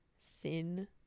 thin